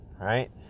right